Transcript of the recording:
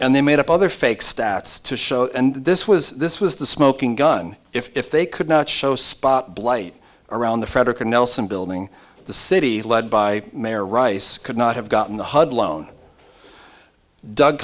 and they made up other fake stats to show and this was this was the smoking gun if they could not show spot blight around the fredricka nelson building the city led by mayor rice could not have gotten the hud loan doug